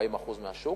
30% 40% מהשוק,